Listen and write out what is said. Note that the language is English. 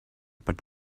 but